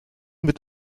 mit